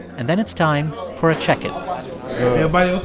and then it's time for a check-in everybody